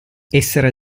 essere